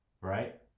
right